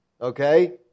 Okay